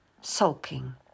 sulking